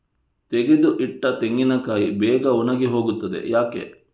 ತೆಗೆದು ಇಟ್ಟ ತೆಂಗಿನಕಾಯಿ ಬೇಗ ಒಣಗಿ ಹೋಗುತ್ತದೆ ಯಾಕೆ?